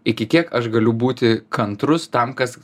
iki tiek aš galiu būti kantrus tam kas